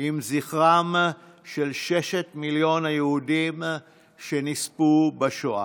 עם זכרם של שישה מיליון היהודים שנספו בשואה.